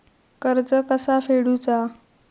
कर्ज कसा फेडुचा?